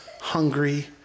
hungry